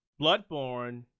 Bloodborne